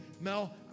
Mel